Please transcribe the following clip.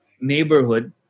neighborhood